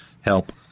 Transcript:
help